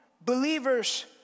believers